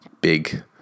big